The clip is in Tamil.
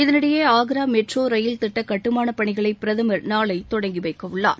இதனிடையே ஆக்ரா மெட்ரோ ரயில் திட்ட கட்டுமானப் பணிகளை பிரதமர் நாளை தொடங்கி வைக்க உள்ளார்